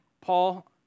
Paul